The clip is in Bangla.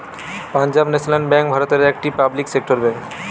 পাঞ্জাব ন্যাশনাল বেঙ্ক ভারতের একটি পাবলিক সেক্টর বেঙ্ক